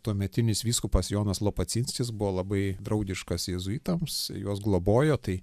tuometinis vyskupas jonas lopacinskis buvo labai draugiškas jėzuitams juos globojo tai